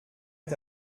est